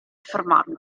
affermarlo